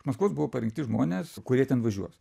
maskvos buvo parinkti žmonės kurie ten važiuos